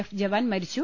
F ജവാൻ മരിച്ചു